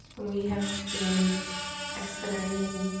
we have been expediting